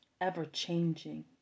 ever-changing